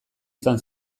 izan